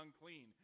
unclean